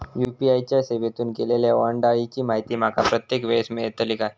UPI च्या सेवेतून केलेल्या ओलांडाळीची माहिती माका प्रत्येक वेळेस मेलतळी काय?